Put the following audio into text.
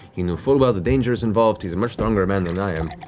he knew full well the dangers involved he's a much stronger man than i am.